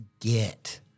get